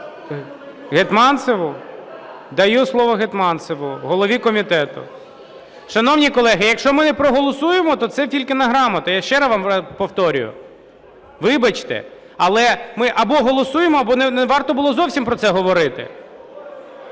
Гетманцеву? Даю слово Гетманцеву, голові комітету. Шановні колеги, якщо ми не проголосуємо, то це фількина грамота, я ще вам повторюю. Вибачте, але ми або голосуємо, або не варто було зовсім про це говорити.